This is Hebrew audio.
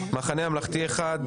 המחנה הממלכתי אחד,